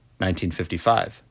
1955